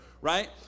right